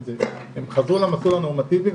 הם חזרו למסלול הנורמטיבי,